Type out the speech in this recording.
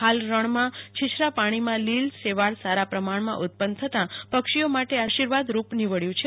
હાલ રણમાં છીછરા પાણીમાં લીલ શેવાળ સારા પ્રમાણમાં ઉત્પન્ન થતા પક્ષીઓ માટે આશિર્વાદરૂપ નીવડ્યું છે